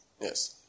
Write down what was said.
Yes